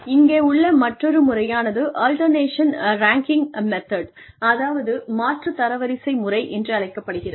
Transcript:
இங்கே உள்ள மற்றொரு முறையானது அல்டர்னேஷன் ரேங்கிங் மெத்தட் அதாவது மாற்றுத் தரவரிசை முறை என்றழைக்கப்படுகிறது